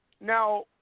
Now